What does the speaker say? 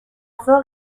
fort